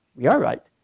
we are right.